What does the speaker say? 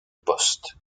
post